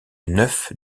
neuf